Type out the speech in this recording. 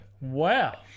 Wow